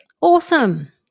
awesome